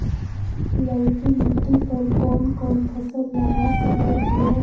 ललकी मिट्टी पर कोन कोन फसल लगा सकय हियय?